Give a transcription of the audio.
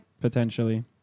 potentially